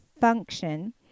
function